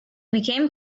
became